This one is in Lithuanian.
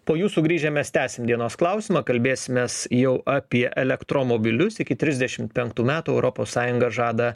po jų sugrįžę mes tęsim dienos klausimą kalbėsimės jau apie elektromobilius iki trisdešimt penktų metų europos sąjunga žada